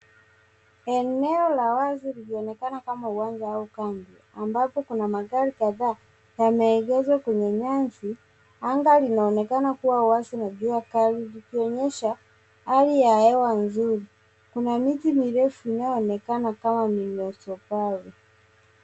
Eneo la waiz likionekana kama uwanja au kambi ambapo kuna magari kadhaa yameegeshwa kwenye nyasi. Anga linaonekana kuwa wazi na jua kali lilikonyehsa hali ya hewa nzuri. Kuna miti mirefu inayoonekana kama Minosobari.